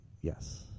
yes